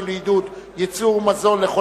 חוק תמיכה בחולי